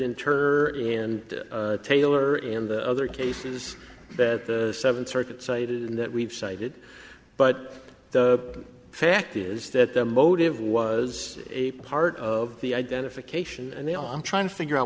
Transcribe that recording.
interred in taylor in the other cases that the seventh circuit cited in that we've cited but the fact is that the motive was a part of the identification and they are i'm trying to figure out